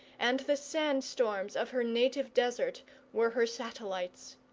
and the sand-storms of her native desert were her satellites.